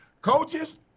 Coaches